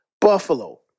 Buffalo